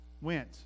went